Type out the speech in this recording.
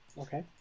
Okay